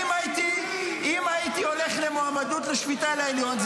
אם הייתי הולך למועמדות לשפיטה לעליון,